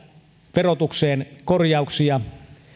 verotukseen korjauksia